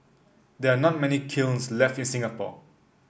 there are not many kilns left in Singapore